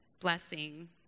blessing